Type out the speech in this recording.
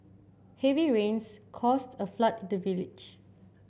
heavy rains caused a flood in the village